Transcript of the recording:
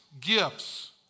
gifts